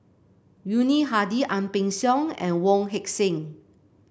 Yuni Hadi Ang Peng Siong and Wong Heck Sing